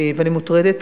ואני מוטרדת.